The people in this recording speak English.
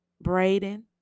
Braden